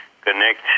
connect